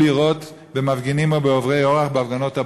לירות במפגינים או בעוברי אורח בהפגנות הבאות,